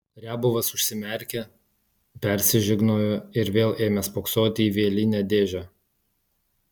riabovas užsimerkė persižegnojo ir vėl ėmė spoksoti į vielinę dėžę